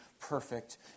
perfect